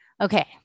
okay